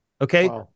Okay